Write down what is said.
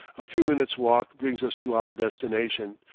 a few minutes' walk brings us to our destination,